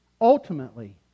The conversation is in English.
ultimately